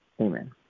Amen